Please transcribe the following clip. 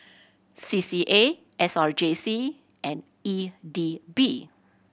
C C A S R J C and E D B